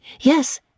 Yes